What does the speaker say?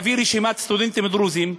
להביא רשימת סטודנטים דרוזים,